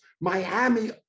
Miami